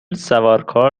سوارکار